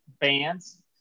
bands